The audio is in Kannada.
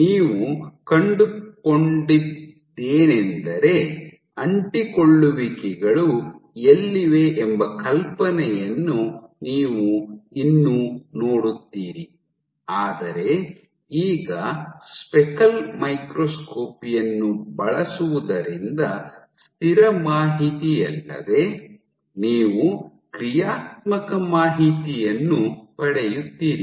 ನೀವು ಕಂಡುಕೊಂಡದ್ದೇನೆಂದರೆ ಅಂಟಿಕೊಳ್ಳುವಿಕೆಗಳು ಎಲ್ಲಿವೆ ಎಂಬ ಕಲ್ಪನೆಯನ್ನು ನೀವು ಇನ್ನೂ ನೋಡುತ್ತೀರಿ ಆದರೆ ಈಗ ಸ್ಪೆಕಲ್ ಮೈಕ್ರೋಸ್ಕೋಪಿ ಯನ್ನು ಬಳಸುವುದರಿಂದ ಸ್ಥಿರ ಮಾಹಿತಿಯಲ್ಲದೆ ನೀವು ಕ್ರಿಯಾತ್ಮಕ ಮಾಹಿತಿಯನ್ನು ಪಡೆಯುತ್ತೀರಿ